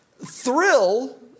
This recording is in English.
thrill